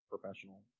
professional